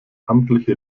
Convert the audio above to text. amtliche